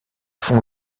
font